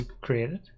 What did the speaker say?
created